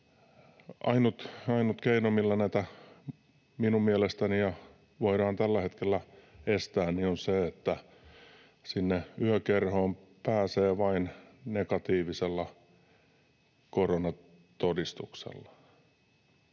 ainut keino, millä näitä minun mielestäni voidaan tällä hetkellä estää, on se, että sinne yökerhoon pääsee vain negatiivisella koronatodistuksella,